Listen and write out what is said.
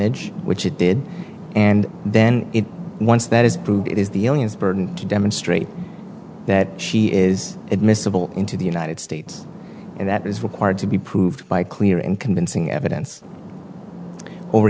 age which it did and then once that is proved it is the aliens burden to demonstrate that she is admissible into the united states and that is required to be proved by clear and convincing evidence over